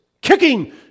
kicking